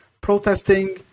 protesting